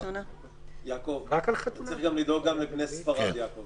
אתה צריך גם לדאוג לבני ספרד, יעקב.